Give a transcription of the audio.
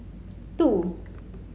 two